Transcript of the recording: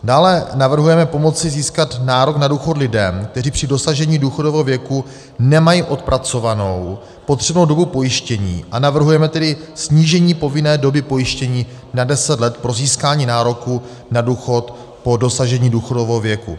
Dále navrhujeme pomoci získat nárok na důchod lidem, kteří při dosažení důchodového věku nemají odpracovánu potřebnou dobu pojištění, a navrhujeme tedy snížení povinné doby pojištění na deset let pro získání nároku na důchod po dosažení důchodového věku.